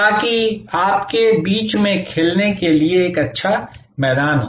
ताकि आपके बीच में खेलने के लिए एक अच्छा मैदान हो